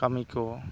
ᱠᱟᱹᱢᱤ ᱠᱚ